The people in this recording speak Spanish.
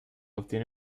obtiene